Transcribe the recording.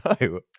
no